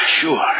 sure